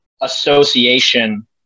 association